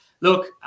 look